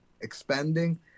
expanding